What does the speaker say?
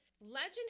Legend